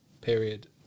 period